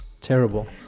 terrible